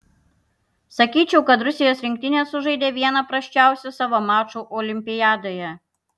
sakyčiau kad rusijos rinktinė sužaidė vieną prasčiausių savo mačų olimpiadoje